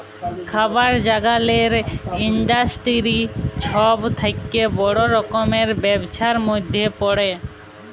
খাবার জাগালের ইলডাসটিরি ছব থ্যাকে বড় রকমের ব্যবসার ম্যধে পড়ে